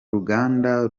ruganda